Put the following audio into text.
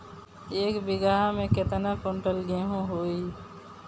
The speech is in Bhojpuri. एक बीगहा में केतना कुंटल गेहूं होई?